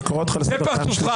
אני קורא אותך לסדר פעם שלישית.